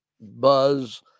buzz